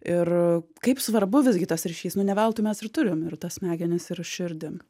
ir kaip svarbu visgi tas ryšys nu ne veltui mes ir turim ir tas smegenis ir širdim